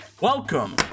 Welcome